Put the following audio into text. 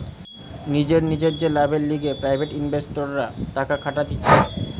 নিজের নিজের যে লাভের লিগে প্রাইভেট ইনভেস্টররা টাকা খাটাতিছে